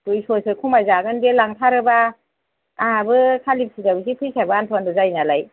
दुइस'सो खमायजागोन दे लांथारोबा आंहाबो खालि फुजा बिदि फैथायबा आन्थ' आन्था जायो नालाय